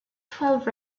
twelve